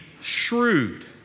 shrewd